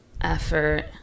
effort